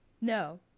No